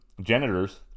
Janitors